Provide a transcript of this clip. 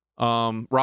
Rob